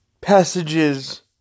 passages